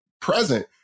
present